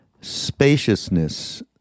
spaciousness